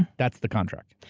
that's the contract?